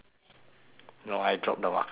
no I drop the marker by accident